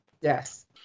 Yes